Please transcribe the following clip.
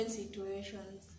situations